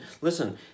listen